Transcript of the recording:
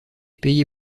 payé